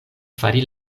fari